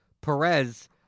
Perez